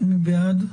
מי בעד?